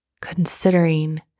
considering